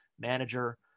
manager